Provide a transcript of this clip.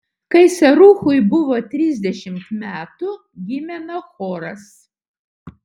kai seruchui buvo trisdešimt metų gimė nachoras